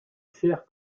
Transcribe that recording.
sert